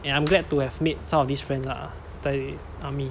and I'm glad to have made some of these friend lah 在 army